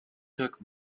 took